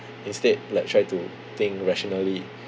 instead like try to think rationally